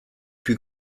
plus